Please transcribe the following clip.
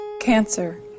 Cancer